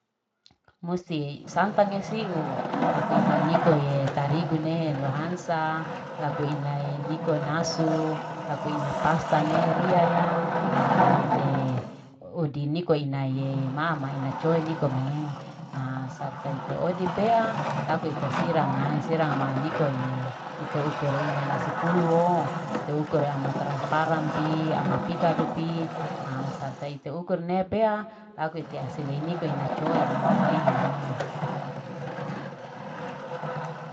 Musti santang esiu laku ina nikoe tarigu nehe lohansa laku inae niko nasu. laku ina pasta nehe ria ya aa baru ite odi niko inae mama ina coe nikome aa sarta ite odi pea aku ite siragae sirang mae niko ye ite ukure ina nasi puluo te ukure ama tranparan pi pikadu pi ama pi kadu pi aa sarta ite ukur nepea laku ite aselei niko ina coe ma ina coe ma nehe.